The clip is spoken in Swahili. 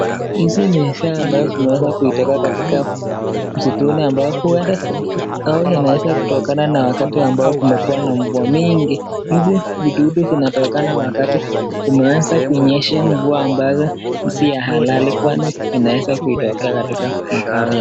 Hizi ni ishara ambazo zimeweza kuitoka katika msituni ambayo huenda, au huweza kutokana na wakati ambao kumekuwa na mvua mingi. Hizi ni dudu zinatokana wakati umeweza kunyesha mvua ambayo si ya halali kwani inaweza kuitokea katika makao yao.